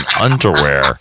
underwear